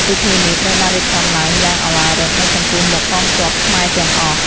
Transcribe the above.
ពិធីនេះត្រូវបានរៀបចំឡើងយ៉ាងឧឡារិកនៅចំពោះមុខកងទ័ពខ្មែរទាំងអស់។